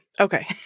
okay